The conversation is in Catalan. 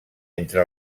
entre